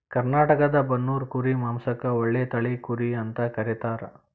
ಕರ್ನಾಟಕದ ಬನ್ನೂರು ಕುರಿ ಮಾಂಸಕ್ಕ ಒಳ್ಳೆ ತಳಿ ಕುರಿ ಅಂತ ಕರೇತಾರ